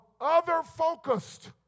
other-focused